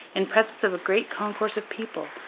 in presence of a great concourse of people,